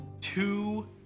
two